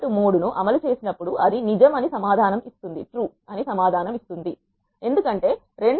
3 ను అమలు చేసినప్పుడు అది నిజం అని సమాధానం ఇస్తుంది ఎందుకంటే 2